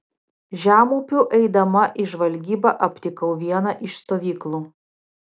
žemupiu eidama į žvalgybą aptikau vieną iš stovyklų